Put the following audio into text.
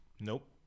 Nope